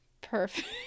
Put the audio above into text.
Perfect